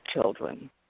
children